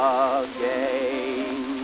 again